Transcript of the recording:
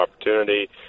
opportunity